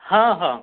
ହଁ ହଁ